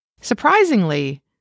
Surprisingly